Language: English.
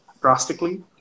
drastically